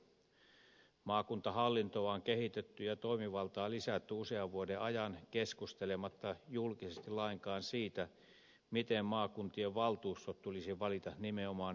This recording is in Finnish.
maakuntahallintoa on kehitetty ja toimivaltaa lisätty usean vuoden ajan keskustelematta julkisesti lainkaan siitä miten maakuntien valtuustot tulisi valita nimenomaan ylikunnalliseen maakuntahallintoon